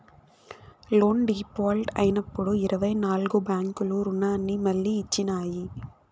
loan default అయినప్పుడు ఇరవై నాల్గు బ్యాంకులు రుణాన్ని మళ్లీ ఇచ్చినాయి